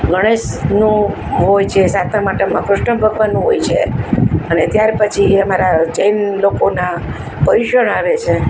ગણેશનું હોય છે સાતમ આઠમમાં કૃષ્ણ ભગવાનનું હોય છે અને ત્યાર પછી અમારા જૈન લોકોના પર્યુષણ આવે છે